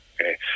Okay